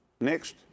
Next